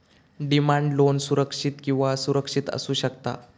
demand loan सुरक्षित किंवा असुरक्षित असू शकता